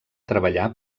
treballar